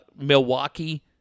Milwaukee